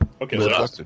Okay